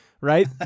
right